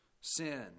sin